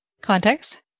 Context